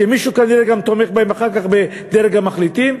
שמישהו כנראה גם תומך בהם אחר כך בדרג המחליטים,